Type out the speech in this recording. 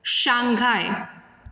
Shanghai